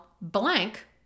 blank